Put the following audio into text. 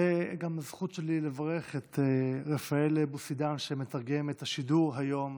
זו גם הזכות שלי לברך את רפאל בוסידן, שמתרגם היום